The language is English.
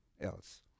else